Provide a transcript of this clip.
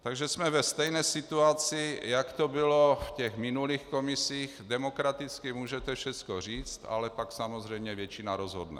Takže jsme ve stejné situaci, jak to bylo v těch minulých komisích: demokraticky můžete všechno říct, ale pak samozřejmě většina rozhodne.